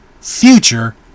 future